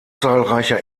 zahlreicher